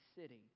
sitting